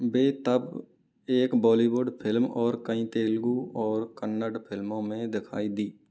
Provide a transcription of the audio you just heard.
वे तब एक बॉलीवुड फिल्म और कई तेलगु और कन्नड़ फिल्मों में दिखाई दी